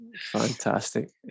Fantastic